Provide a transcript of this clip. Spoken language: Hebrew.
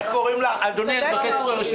אדוני, אני מבקש רשות